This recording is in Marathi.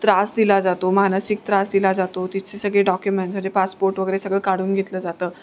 त्रास दिला जातो मानसिक त्रास दिला जातो तिचे सगळे डॉक्युमेंट्स म्हणजे पासपोर्ट वगैरे सगळं काढून घेतलं जातं